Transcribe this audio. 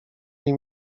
nie